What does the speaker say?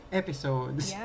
episodes